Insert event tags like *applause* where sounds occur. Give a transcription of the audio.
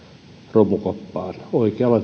romukoppaan oikealla *unintelligible*